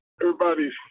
Everybody's